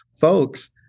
folks